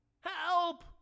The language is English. Help